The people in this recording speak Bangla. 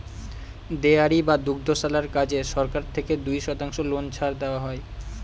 ডেয়ারি বা দুগ্ধশালার কাজে সরকার থেকে দুই শতাংশ লোন ছাড় দেওয়া হয়